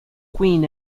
queen